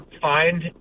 find